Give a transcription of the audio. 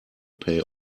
pay